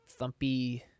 thumpy